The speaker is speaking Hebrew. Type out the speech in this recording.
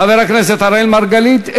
חבר הכנסת אראל מרגלית,